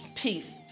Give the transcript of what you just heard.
Peace